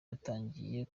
yatangiye